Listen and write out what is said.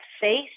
faith